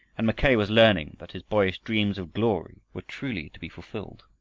and mackay was learning that his boyish dreams of glory were truly to be fulfilled.